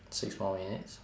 six more minutes